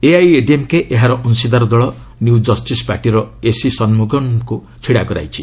ଏଆଇଏଡିଏମ୍କେ ଏହାର ଅଂଶୀଦାର ଦଳ ନିଉ ଜଷ୍ଟିସ୍ ପାର୍ଟିର ଏସି ସନ୍ମୁଗମ୍ଙ୍କୁ ଛିଡ଼ା କରାଇଛି